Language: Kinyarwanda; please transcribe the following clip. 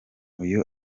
uyu